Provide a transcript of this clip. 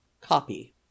Copy